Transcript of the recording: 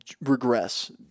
regress